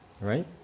right